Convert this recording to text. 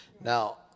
now